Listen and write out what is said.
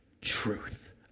truth